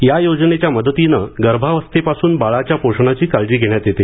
या योजनेच्या मदतीनं गर्भावस्थेपासून बाळाच्या पोषणाची काळजी घेण्यात येते